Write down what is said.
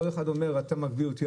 כל אחד אומר: אתה מגביל אותי,